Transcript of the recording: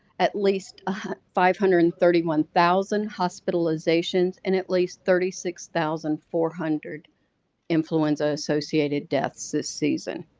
at least five hundred and thirty one thousand hospitalizations, and at least thirty six thousand four hundred influenza-associated deaths this season.